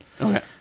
Okay